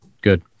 Good